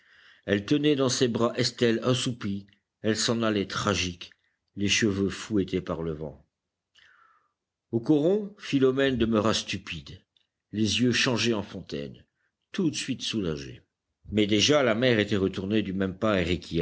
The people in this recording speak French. elle tenait dans ses bras estelle assoupie elle s'en allait tragique les cheveux fouettés par le vent au coron philomène demeura stupide les yeux changés en fontaines tout de suite soulagée mais déjà la mère était retournée du même pas